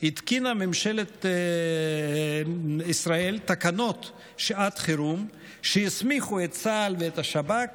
התקינה ממשלת ישראל תקנות שעת חירום שהסמיכו את צה"ל ואת השב"כ